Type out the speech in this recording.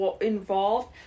involved